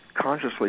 consciously